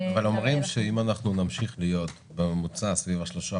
אומרים שאם אנחנו נמשיך להיות בממוצע, סביב 3%,